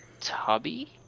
Tubby